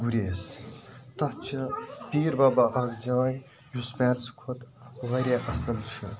گُریز تتھ چھِ پیٖر بابا اَکھ جاے یُس پیرسہٕ کھۄتہ واریاہ اَصل چھُ